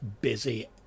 busy